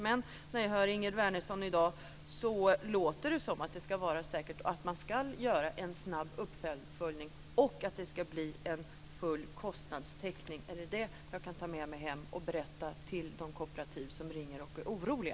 Men på det som Ingegerd Wärnersson i dag säger låter det som om det är säkert att man ska göra en snabb uppföljning och att det ska bli en full kostnadstäckning. Kan jag ta med mig detta hem och berätta för de kooperativ som ringer till mig och är oroliga?